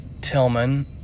Tillman